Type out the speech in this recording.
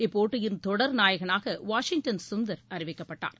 இப்போட்டியின் தொடர் நாயகனாக வாஷிங்டன் சுந்தர் அறிவிக்கப்பட்டார்